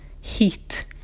heat